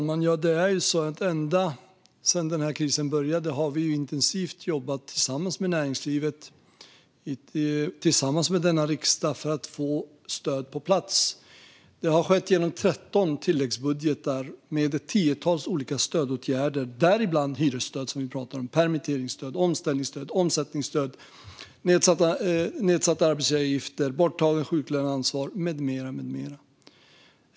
Fru talman! Ända sedan krisen började har vi jobbat intensivt tillsammans med näringslivet och riksdagen för att få stöd på plats. Det har skett genom 13 tilläggsbudgetar med tiotals olika stödåtgärder, däribland hyresstöd, permitteringsstöd, omställningsstöd, omsättningsstöd, nedsatta arbetsgivaravgifter, borttaget sjuklöneansvar med mera.